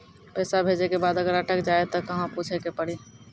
पैसा भेजै के बाद अगर अटक जाए ता कहां पूछे के पड़ी?